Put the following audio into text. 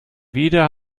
wieder